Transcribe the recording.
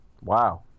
wow